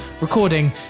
recording